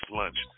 lunch